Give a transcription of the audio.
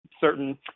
certain